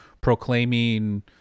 proclaiming